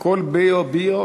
הכול ביו-ביו?